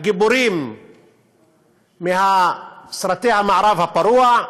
הגיבורים מסרטי המערב הפרוע,